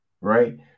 right